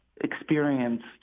experienced